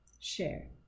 share